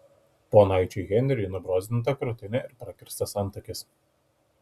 ponaičiui henriui nubrozdinta krūtinė ir prakirstas antakis